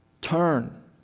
Turn